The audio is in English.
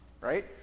right